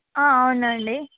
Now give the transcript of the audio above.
అవునండి